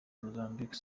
mozambique